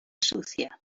sucia